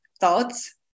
thoughts